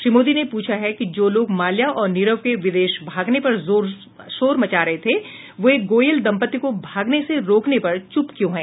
श्री मोदी ने पूछा है कि जो लोग माल्या और नीरव के विदेश भागने पर शोर मचा रहे थे वे गोयल दम्पती को भागने से रोकने पर चुप क्यों हैं